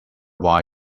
why